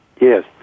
Yes